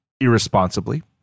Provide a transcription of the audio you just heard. irresponsibly